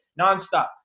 nonstop